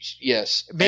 yes